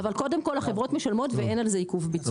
אבל קודם כל החברות משלמות ואין על זה עיכוב ביצוע.